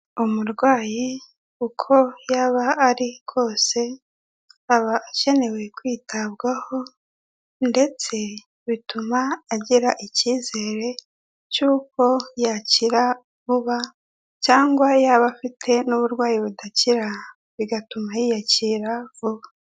Umurwayi uko yaba ari kose, aba akeneyewe kwitabwaho ndetse bituma agira icyizere cy'uko yakira vuba cyangwa yaba afite n'uburwayi budakira bigatuma yiyakira vuba.